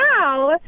now